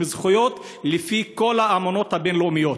הן זכויות לפי כל האמנות הבין-לאומיות.